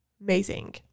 amazing